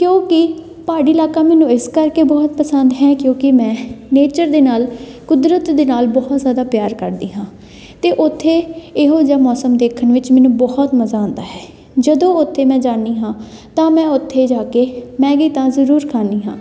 ਕਿਉਂਕਿ ਪਹਾੜੀ ਇਲਾਕਾ ਮੈਨੂੰ ਇਸ ਕਰਕੇ ਬਹੁਤ ਪਸੰਦ ਹੈ ਕਿਉਂਕਿ ਮੈਂ ਨੇਚਰ ਦੇ ਨਾਲ ਕੁਦਰਤ ਦੇ ਨਾਲ ਬਹੁਤ ਜ਼ਿਆਦਾ ਪਿਆਰ ਕਰਦੀ ਹਾਂ ਅਤੇ ਉੱਥੇ ਇਹੋ ਜਿਹਾ ਮੌਸਮ ਦੇਖਣ ਵਿੱਚ ਮੈਨੂੰ ਬਹੁਤ ਮਜ਼ਾ ਆਉਂਦਾ ਹੈ ਜਦੋਂ ਉੱਥੇ ਮੈਂ ਜਾਂਦੀ ਹਾਂ ਤਾਂ ਮੈਂ ਉੱਥੇ ਜਾ ਕੇ ਮੈਗੀ ਤਾਂ ਜ਼ਰੂਰ ਖਾਂਦੀ ਹਾਂ